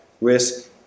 risk